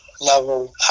level